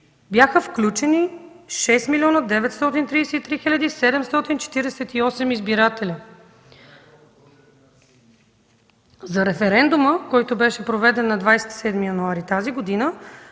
бяха включени 6 млн. 933 хил. 748 избиратели. За референдума, който беше проведен на 27 януари тази година,